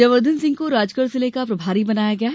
जवर्धन सिंह को राजगढ़ जिले का प्रभारी बनाया गया है